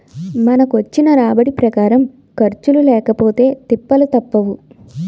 మనకొచ్చిన రాబడి ప్రకారం ఖర్చులు లేకపొతే తిప్పలు తప్పవు